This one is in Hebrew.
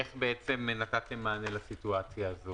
איך נתתם מענה למצב הזה?